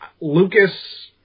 Lucas